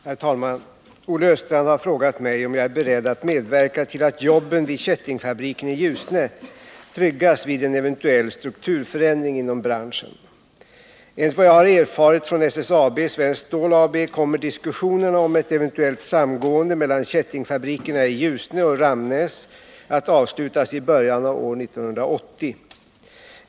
Herr talman! Olle Östrand har frågat mig om jag är beredd att medverka till att jobben vid kättingfabriken i Ljusne tryggas vid en eventuell strukturförändring inom branschen. Enligt vad jag har erfarit från Svenskt Stål AB, SSAB, kommer diskussionerna om ett eventuellt samgående mellan kättingfabrikerna i Ljusne och Ramnäs att avslutas i början av år 1980.